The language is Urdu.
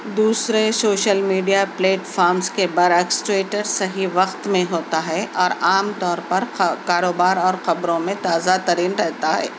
دوسرے سوشل میڈیا پلیٹ فارمز کے برعکس ٹویٹر صحیح وقت میں ہوتا ہے اور عام طور پر کا کاروبار اور خبروں میں تازہ ترین رہتا ہے